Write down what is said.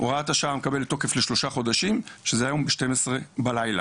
הוראת השעה מקבלת תוקף ל-3 חודשים שזה היום ב-12 בלילה.